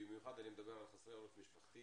ובמיוחד אני מדבר על חסרי עורף משפחתי